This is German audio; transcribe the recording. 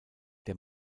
der